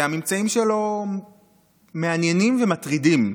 והממצאים שלו מעניינים ומטרידים.